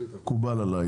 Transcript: מקובל עליי.